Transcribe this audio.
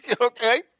Okay